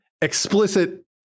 explicit